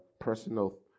personal